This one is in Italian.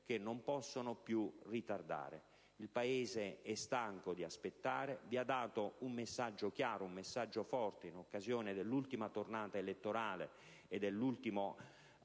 che non possono più tardare. Il Paese è stanco di aspettare. Vi ha dato un messaggio forte e chiaro in occasione dell'ultima tornata elettorale e dell'ultimo